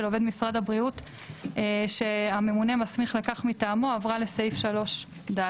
עובד משרד הבריאות ש"הממונה מסמיך לכך מטעמו" עברה לסעיף 3(ד).